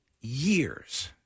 years